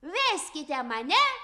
veskite mane